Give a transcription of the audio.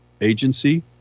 agency